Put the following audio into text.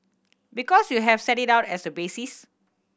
because you have set it out as a basis